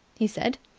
he said,